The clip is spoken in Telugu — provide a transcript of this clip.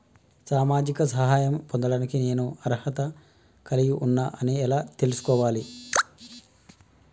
సామాజిక సహాయం పొందడానికి నేను అర్హత కలిగి ఉన్న అని ఎలా తెలుసుకోవాలి?